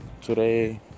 today